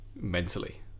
mentally